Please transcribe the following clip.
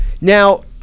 Now